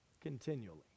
continually